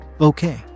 Okay